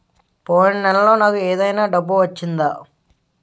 పోయిన నెలలో నాకు ఏదైనా డబ్బు వచ్చిందా?